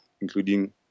including